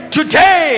Today